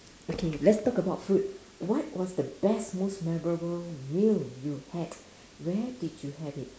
okay let's talk about food what was the best most memorable meal you had where did you have it